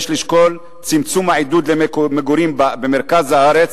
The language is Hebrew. יש לשקול צמצום העידוד למגורים במרכז הארץ.